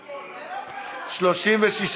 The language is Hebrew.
סיומה), התשע"ז 2017, לוועדת הכלכלה נתקבלה.